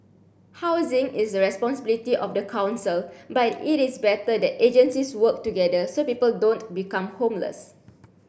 housing is the responsibility of the council but it is better that agencies work together so people don't become homeless